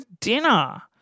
dinner